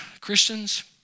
Christians